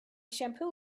shampoo